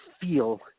feel